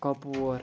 کۄپوور